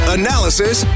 analysis